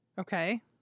Okay